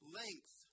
length